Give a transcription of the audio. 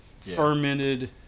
fermented